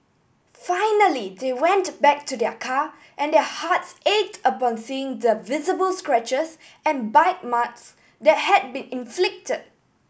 finally they went back to their car and their hearts ached upon seeing the visible scratches and bite marks that had been inflicted